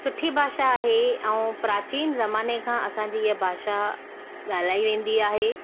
सुठी भाषा आहे ऐं प्राचीन ज़माने खां असांजी हीअ भाषा ॻाल्हाई वेंदी आहे